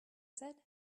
said